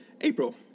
April